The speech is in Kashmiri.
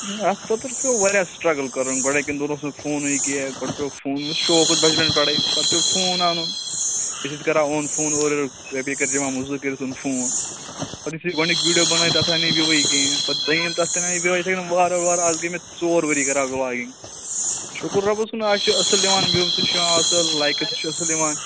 اتھ خٲطرٕ پیو واریاہ سِٹرَگل کَرُن گۄڈٕنِکٮ۪ن دۅہن اوس نہٕ فونٕے کیٚنٛہہ گۅڈٕ پٮ۪و فونس شوبہٕ بچپن پٮ۪ٹھٕےپَتہٕ پٮ۪و فون اَنُن أسۍ ٲس گَرا اوٚن فون اورٕیور بیٚیہِ کٔر موٚزوٗرۍ کٔرِتھ اوٚن فون پَتہٕ یِِتھُے گۅڈٕنیُک ویڑیو بنوو تَتھ آیہِ نہٕ وِوٕے کیٚنٛہہ پَتہٕ دوٚیِم تَتھ تہِ نے گٔے یِتھے کٔنۍ وارٕ وارٕ از گٔے مےٚ ژور ؤری کَران وٕلاگِنگ شُکُر رۄبس کُن از چھِ یِوان اصٕل وِو تہِ چھِ ازکل لَٲیکہٕ تہِ چھِ اصٕل یِوان